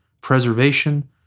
preservation